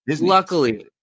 Luckily